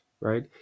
right